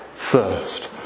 Thirst